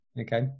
Okay